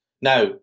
Now